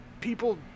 people